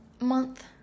month